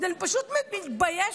אני פשוט מתביישת.